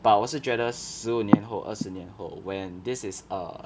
but 我是觉得十五年后二十年后 when this is err